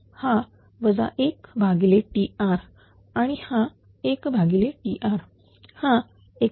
हा 0 हा 1Tr आणि हा 1Tr हा x3